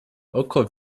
oko